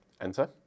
enter